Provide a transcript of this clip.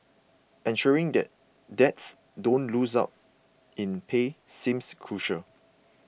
ensuring that dads don't lose out in pay seems crucial